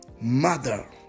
Mother